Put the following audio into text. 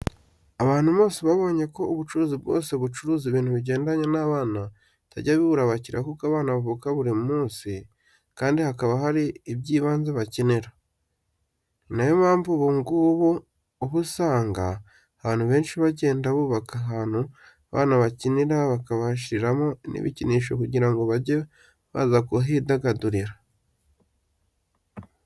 Abantu babonye ko ubucuruzi bwose bucuruza ibintu bigendanye n'abana batajya babura abakiriya kuko abana bavuka buri minsi kandi hakaba hari iby'ibanze bakenera. Ni na yo mpamvu ubu ngubu uba usanga abantu benshi bagenda bubaka ahantu abana bakinira bakabashyiriramo n'ibikinisho kugira ngo bajye baza kuhidagadurira.